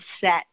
set